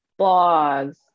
blogs